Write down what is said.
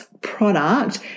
product